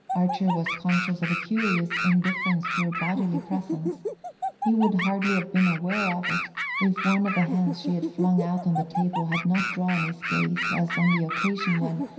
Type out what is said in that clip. archer was conscious of a curious indifference to her bodily presence he would hardly have been aware of it if one of the hands she had flung out on the table had not drawn his gaze as on the occasion when,